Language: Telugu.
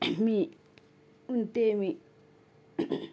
మీ ఉంటే మీ